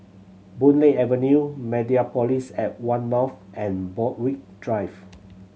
Boon Lay Avenue Mediapolis at One North and Borthwick Drive